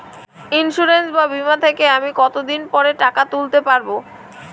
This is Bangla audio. ইন্সুরেন্স বা বিমা থেকে আমি কত দিন পরে টাকা তুলতে পারব?